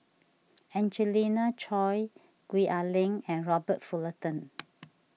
Angelina Choy Gwee Ah Leng and Robert Fullerton